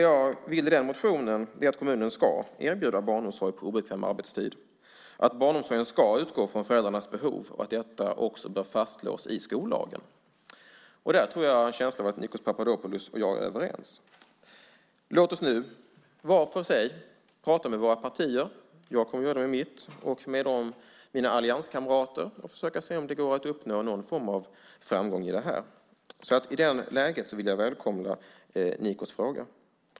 I motionen föreslår jag att kommunen ska erbjuda barnomsorg på obekväm arbetstid, att barnomsorgen ska utgå från föräldrarnas behov och att detta också bör fastslås i skollagen. Där tror jag att Nikos Papadopoulos och jag är överens. Låt oss nu var för sig prata med våra partier - jag kommer att prata med mitt parti och mina allianskamrater - och försöka se om det går att uppnå någon form av framgång i detta. I det läget vill jag välkomna Nikos fråga.